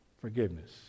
forgiveness